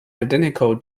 identical